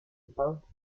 peintre